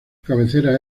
cabecera